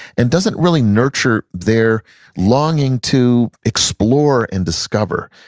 and doesn't really nurture their longing to explore and discover.